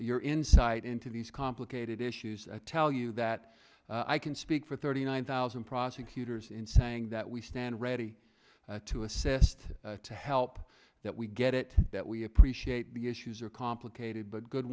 your insight into these complicated issues i tell you that i can speak for thirty nine thousand prosecutors in saying that we stand ready to assist to help that we get it that we appreciate the issues are complicated but good